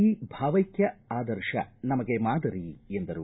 ಈ ಭಾವೈಕ್ಯ ಆದರ್ಶ ನಮಗೆ ಮಾದರಿ ಎಂದರು